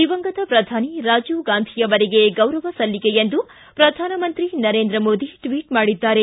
ದಿವಂಗತ ಪ್ರಧಾನಿ ರಾಜೀವ್ ಗಾಂಧಿ ಅವರಿಗೆ ಗೌರವ ಸಲ್ಲಿಕೆ ಎಂದು ಪ್ರಧಾನಮಂತ್ರಿ ನರೇಂದ್ರ ಮೋದಿ ಟ್ವಿಟ್ ಮಾಡಿದ್ದಾರೆ